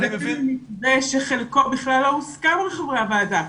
אני מבין --- מדברים על מתווה שחלקו בכלל לא הוסכם על חברי הוועדה,